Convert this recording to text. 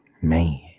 man